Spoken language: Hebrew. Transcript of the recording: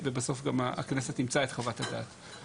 ובסוף גם הכנסת אימצה את חוות הדעת.